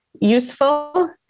useful